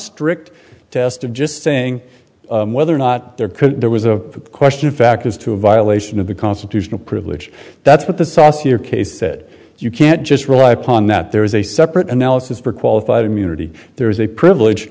strict test of just saying whether or not there could there was a question of fact as to a violation of the constitutional privilege that's what the saucier case said you can't just rely upon that there is a separate analysis for qualified immunity there is a privilege